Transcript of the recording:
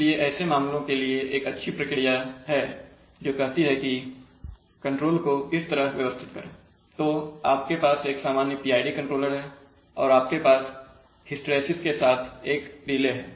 इसलिए ऐसे मामलों के लिए एक अच्छी प्रक्रिया है जो कहती है कि कंट्रोल को इस तरह व्यवस्थित करें तो आपके पास एक सामान्य PID कंट्रोलर है और आपके पास हिस्टैरिसीस के साथ एक रिले है